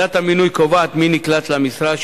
ועדת המינוי קובעת מי נקלט למשרה.